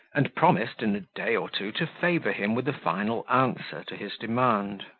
and promised in a day or two to favour him with a final answer to his demand.